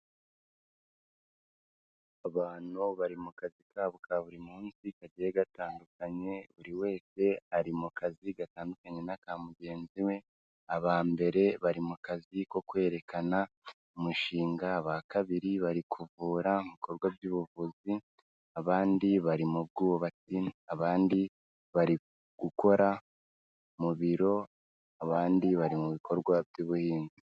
Abantu bari mu kazi kabo ka buri munsi kagiye gatandukanye. Buri wese ari mu kazi gatandukanye n'aka mugenzi we. Aba mbere bari mu kazi ko kwerekana umushinga, aba kabiri bari kuvura mu bikorwa by'ubuvuzi, abandi bari mu bwubatsi, abandi bari gukora mu biro, abandi bari mu bikorwa by'ubuhinzi.